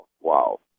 Wow